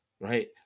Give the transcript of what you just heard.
right